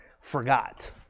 forgot